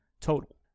total